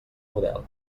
model